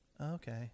Okay